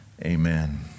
Amen